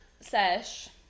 sesh